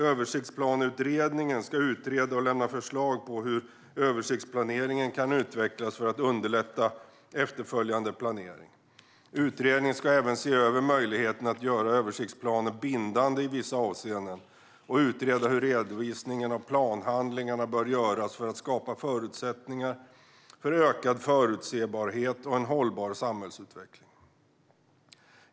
Översiktsplaneutredningen ska utreda och lämna förslag på hur översiktsplaneringen kan utvecklas för att underlätta efterföljande planering. Utredningen ska även se över möjligheten att göra översiktsplanen bindande i vissa avseenden och utreda hur redovisningen av planhandlingarna bör göras för att skapa förutsättningar för ökad förutsebarhet och en hållbar samhällsutveckling.